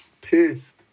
Pissed